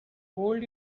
hold